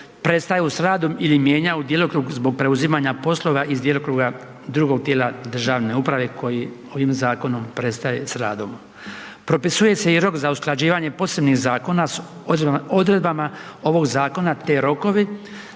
prestaju sa radom ili mijenjaju djelokrug zbog preuzimanja poslova iz djelokruga drugog tijela državne uprave koji ovim zakonom prestaje s radom. Propisuje se i rok za usklađivanje posebnih zakona s odredbama ovog zakona te rokovi